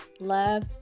love